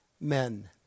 men